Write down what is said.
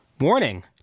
Warning